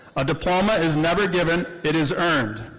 a diploma is never given, it is earned.